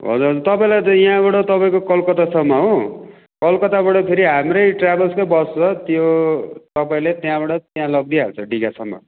हजुर तपाईँलाई त यहाँबाट तपाईँको कलकत्तासम्म हो कलकत्ताबाट फेरि हाम्रै ट्राभल्सकै बस छ त्यो तपाईँले त्यहाँबाट त्यहाँ लगिदिइहाल्छ डिगासम्म